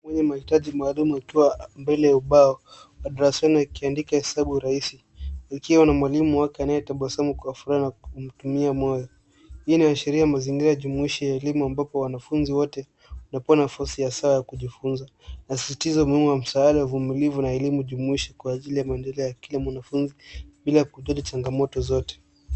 Mwenye mahitaji maalum akiwa mbele ya ubao wa darasani akiandika hesabu rahisi akiwa na mwalimu wake anayetabasamu kwa furaha na kumtumia moyo. Hii inaashiria mazingira jumuishi ya elimu ambapo wanafunzi wote wanapewa nafasi ya saa ya kujifunza. Inasisitiza umuhimu wa msaada uvumilivu na elimu jumuishi kwa ajili ya maendeleo ya kila mwanafunzi bila kujali changamoto zote.